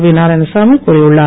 we Narayanasamy கூறியுள்ளார்